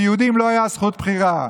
של רמיסה של כל הזכויות של האופוזיציה.